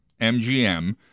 MGM